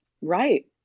Right